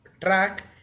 track